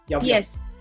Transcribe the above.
Yes